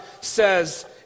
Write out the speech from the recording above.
says